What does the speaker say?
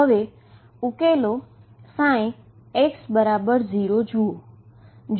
હવે ઉકેલો ψx0 જુઓ